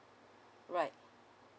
right